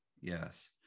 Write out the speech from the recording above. yes